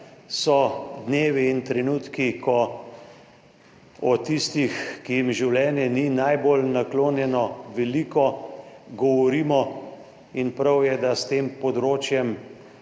So dnevi in trenutki, ko o tistih, ki jim življenje ni najbolj naklonjeno, veliko govorimo in prav je, da s tem področjem